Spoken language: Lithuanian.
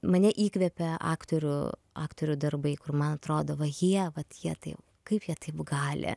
mane įkvepia aktorių aktorių darbai kur man atrodo va jie vat jie tai jau kaip jie taip gali